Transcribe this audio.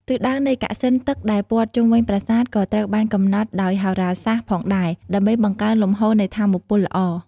ទិសដៅនៃកសិណទឹកដែលព័ទ្ធជុំវិញប្រាសាទក៏ត្រូវបានកំណត់ដោយហោរាសាស្ត្រផងដែរ ដើម្បីបង្កើនលំហូរនៃថាមពលល្អ។